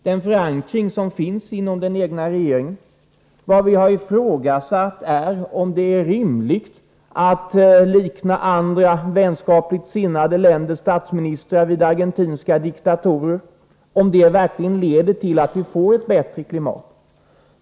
den förankring som finns inom den egna regeringen och om det är rimligt att likna andra, vänligt sinnade, länders statsministrar vid argentinska diktatorer — om det verkligen leder till att vi får ett bättre klimat.